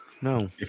No